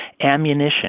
ammunition